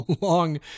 long